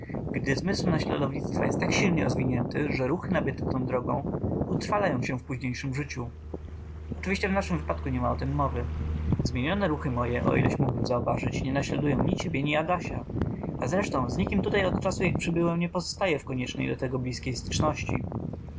zmysł naśladownictwa jest tak silnie rozwinięty że ruchy nabyte tą drogą utrwalają się w późniejszem życiu oczywiście w naszym wypadku niema o tem mowy zmienione ruchy moje o ileś mógł zauważyć nie naśladują ni ciebie ni adasia a zresztą z nikim tutaj od czasu jak przybyłem nie pozostaję w koniecznej do tego blizkiej styczności